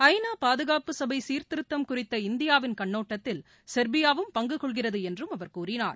ஐ நா பாதுகாப்பு சபை சீர்திருத்தம் குறித்த இந்தியாவின் கண்ணோட்டத்தில் செர்பியாவிம் பங்கு கொள்கிறது என்றும் அவர் கூறினார்